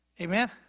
Amen